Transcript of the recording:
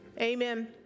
amen